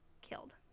killed